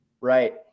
Right